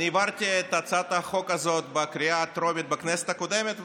אני העברתי את הצעת החוק הזאת בקריאה טרומית בכנסת הקודמת,